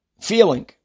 feeling